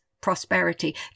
prosperity